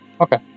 Okay